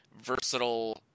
versatile